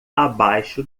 abaixo